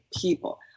people